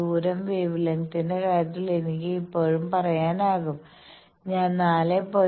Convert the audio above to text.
ദൂരം വേവ് ലെങ്ത്തിന്റെ കാര്യത്തിൽ എനിക്ക് എപ്പോഴും പറയാനാകും ഞാൻ 4